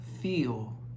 feel